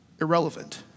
irrelevant